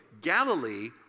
Galilee